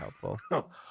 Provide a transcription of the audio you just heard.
helpful